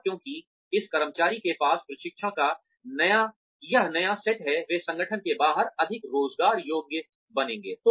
और क्योंकि इस कर्मचारी के पास प्रशिक्षण का यह नया सेट है वे संगठन के बाहर अधिक रोजगार योग्य बनेंगे